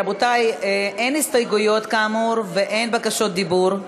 רבותי, אין הסתייגויות כאמור, ואין בקשות דיבור.